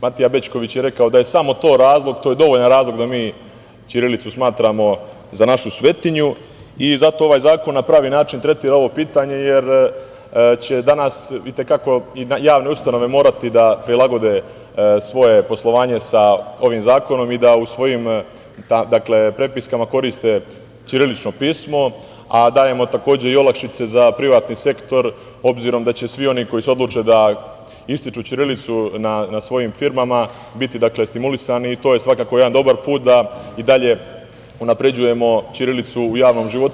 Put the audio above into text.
Matija Bećković je rekao da je to samo razlog, to je dovoljan razlog da mi ćirilicu smatramo za našu svetinju i zato ovaj zakon na pravi način tretira ovo pitanje, jer će danas i te kako javne ustanove morati da prilagode svoje poslovanje sa ovim zakonom i da u svojim prepiskama koriste ćirilično pismo, a dajemo takođe i olakšice za privatni sektor obzirom da je će svi oni koji se odluče da ističu ćirilicu na svojim firmama biti stimulisane, i to je svakako jedan dobar put da i dalje unapređujemo ćirilicu u javnom životu.